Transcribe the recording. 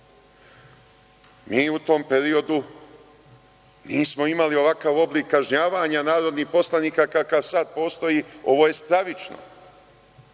tom periodu nismo imali ovakav oblik kažnjavanja narodnih poslanika kakav sada postoji. Ovo je stravično.